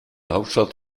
hauptstadt